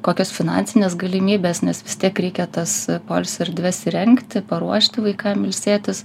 kokios finansinės galimybės nes vis tiek reikia tas poilsio erdves įrengti paruošti vaikam ilsėtis